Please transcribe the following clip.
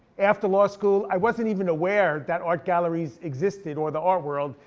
after law school i wasn't even aware that art galleries existed, or the art world,